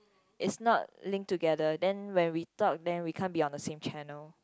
is not link together then when we talk we can't be the same channel